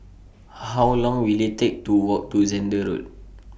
How Long Will IT Take to Walk to Zehnder Road